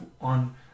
on